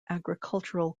agricultural